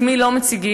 את מי לא מציגים,